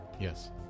Yes